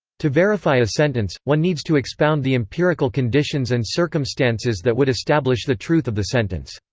to verify a sentence, one needs to expound the empirical conditions and circumstances that would establish the truth of the sentence.